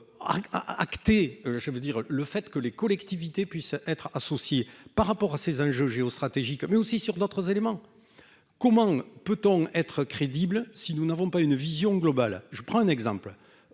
dire le fait que les collectivités puissent être associés, par rapport à ces enjeux géostratégiques, mais aussi sur d'autres éléments, comment peut-on être crédible si nous n'avons pas une vision globale, je prends un exemple